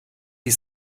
die